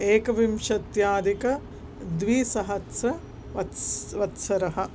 एकविंशत्यधिकद्विसहस्रः वत्स् वत्सरः